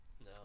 No